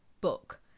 book